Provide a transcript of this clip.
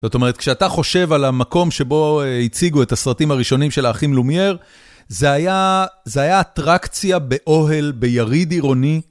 זאת אומרת, כשאתה חושב על המקום שבו הציגו את הסרטים הראשונים של האחים לומיאר, זה היה...זה היה אטרקציה באוהל, ביריד עירוני.